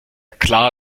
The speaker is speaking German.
klar